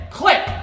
click